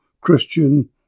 Christian